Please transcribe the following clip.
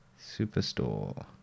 Superstore